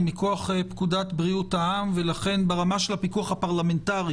הוא מכוח פקודת בריאות העם ולכן ברמה של הפיקוח הפרלמנטרי